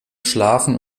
schlafen